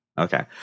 Okay